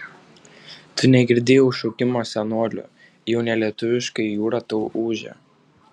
tu negirdi jau šaukimo senolių jau ne lietuviškai jūra tau ūžia